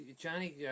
Johnny